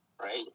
right